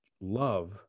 love